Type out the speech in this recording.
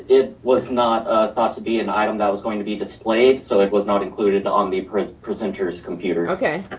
it was not ah thought to be an item that was going to be displayed, so it was not included on the presenter's computer. okay,